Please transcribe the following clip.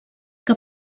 que